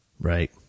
right